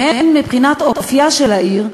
והן מבחינת אופייה של העיר,